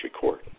court